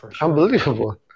unbelievable